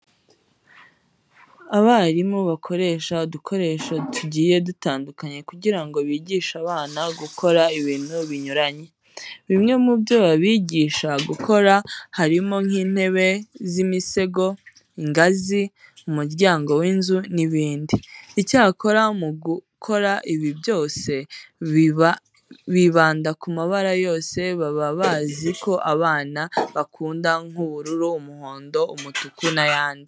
Abarimu bakoresha udukoresho tugiye dutandukanye kugira ngo bigishe abana gukora ibintu binyuranye. Bimwe mu byo babigisha gukora harimo nk'intebe z'imisego, ingazi, umuryango w'inzu n'ibindi. Icyakora mu gukora ibi byose, bibanda ku mabara yose baba bazi ko abana bakunda nk'ubururu, umuhondo, umutuku n'ayandi.